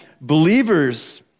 believers